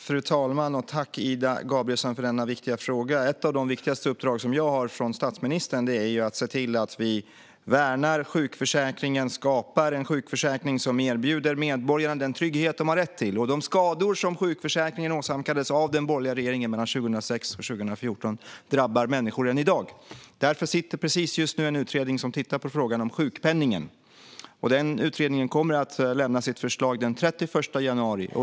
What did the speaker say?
Fru talman! Tack, Ida Gabrielsson, för denna viktiga fråga! Ett av de viktigaste uppdrag som jag har fått från statsministern är att se till att vi värnar sjukförsäkringen och skapar en sjukförsäkring som erbjuder medborgarna den trygghet de har rätt till. De skador som sjukförsäkringen åsamkades av den borgerliga regeringen mellan 2006 och 2014 drabbar människor än i dag. Därför pågår just nu en utredning som tittar på frågan om sjukpenningen. Utredningen kommer att lämna sitt förslag den 31 januari.